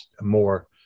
more